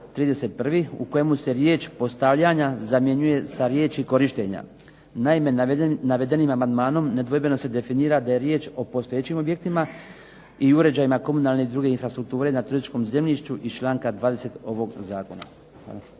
u kojemu se riječ "postavljanja" zamjenjuje za riječi "korištenja". Naime, navedenim amandmanom nedvojbeno se definira da je riječ o postojećim objektima i uređajima komunalne i druge infrastrukture na turističkom zemljištu iz članka 20. ovog Zakona.